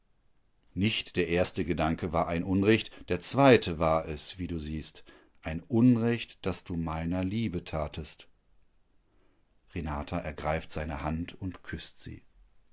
nicht der erste gedanke war ein unrecht der zweite war es wie du siehst ein unrecht das du meiner liebe tatest renata ergreift seine hand und küßt sie